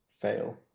fail